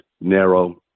narrow